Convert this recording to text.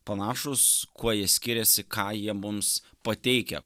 panašūs kuo jie skiriasi ką jie mums pateikia